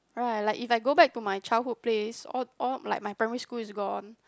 right like if I go back to my childhood place all all like my primary school is gone